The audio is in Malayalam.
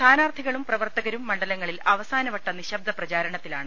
സ്ഥാനാർത്ഥികളും പ്രവർത്തകരു മണ്ഡ ലങ്ങളിൽ അവസാനവട്ട നിശ്ശബ്ദ പ്രചാരണത്തിലാണ്